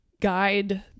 guide